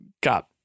got